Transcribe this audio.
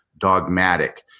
dogmatic